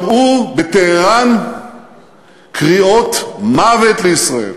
שמעו בטהרן קריאות "מוות לישראל".